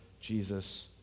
Jesus